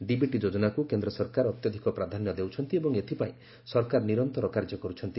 DBT ଯୋଜନାକ୍ କେନ୍ଦ୍ ସରକାର ଅତ୍ୟଧକ ପ୍ରାଧାନ୍ୟ ଦେଉଛନ୍ତି ଏବଂ ଏଥପାଇଁ ସରକାର ନିରନ୍ତର କାର୍ଯ୍ୟ କରୁଛନ୍ତି